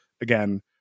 Again